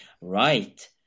right